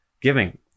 giving